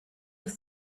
have